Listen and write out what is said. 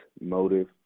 motive